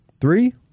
Three